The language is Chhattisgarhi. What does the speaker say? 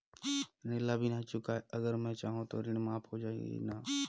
ऋण ला बिना चुकाय अगर मै जाहूं तो ऋण माफ हो जाही न?